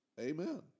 Amen